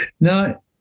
Now